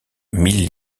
mille